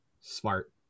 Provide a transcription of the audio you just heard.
Smart